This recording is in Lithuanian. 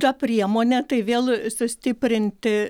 ta priemonė tai vėl sustiprinti